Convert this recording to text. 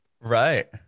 Right